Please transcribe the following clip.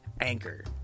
Anchor